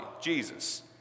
Jesus